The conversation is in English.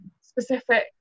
specific